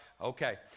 Okay